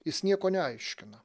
jis nieko neaiškina